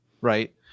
right